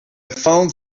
found